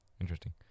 Interesting